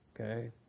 Okay